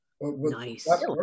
Nice